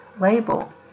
label